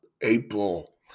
April